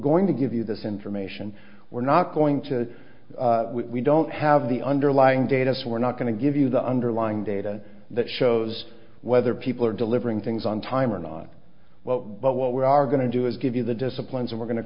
going to give you this information we're not going to we don't have the underlying data so we're not going to give you the underlying data that shows whether people are delivering things on time or not well but what we are going to do is give you the disciplines and we're going to